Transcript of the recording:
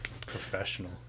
professional